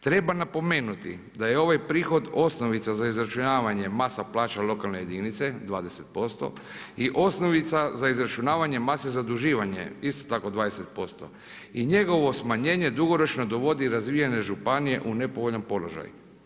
Treba napomenuti da je ovaj prihod osnovica za izračunavanje masa plaća lokalne jedinice 20% i osnovica za izračunavanje mase zaduživanje isto tako 20% i njegovo smanjenje dugoročno dovodi razvijene županije u nepovoljan položaj.